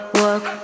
work